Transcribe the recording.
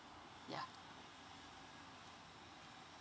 yeah